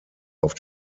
auf